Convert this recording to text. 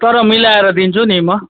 तर मिलाएर दिन्छु नि म